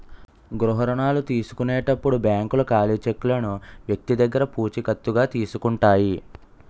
గృహ రుణాల తీసుకునేటప్పుడు బ్యాంకులు ఖాళీ చెక్కులను వ్యక్తి దగ్గర పూచికత్తుగా తీసుకుంటాయి